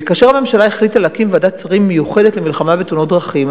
וכאשר הממשלה החליטה להקים ועדת שרים מיוחדת למלחמה בתאונות דרכים,